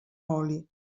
oli